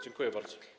Dziękuję bardzo.